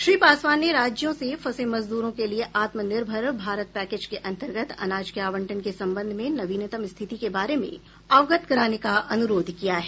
श्री पासवान ने राज्यों से फंसे मजद्रों के लिए आत्म निर्भर भारत पैकेज के अंतर्गत अनाज के आवंटन के संबंध में नवीनतम स्थिति के बारे में अवगत कराने का अनुरोध किया है